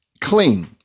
clean